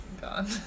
gone